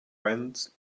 vent